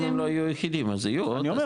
אם הם לא יהיו היחידים אז יהיו עוד,